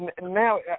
Now